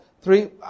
Three